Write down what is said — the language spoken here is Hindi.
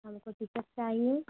हमको टिकट चाहिए